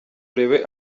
urebe